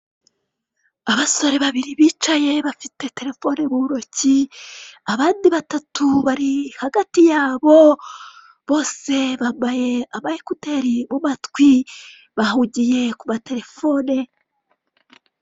Abasore babiri bicaye bafite terefone mu ntoki, abandi batatu bari hagati yabo, bose bambaye ama ekuteri mu matwi, bahugiye ku materefone.